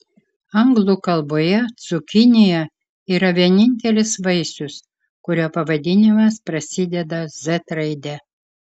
anglų kalboje cukinija yra vienintelis vaisius kurio pavadinimas prasideda z raide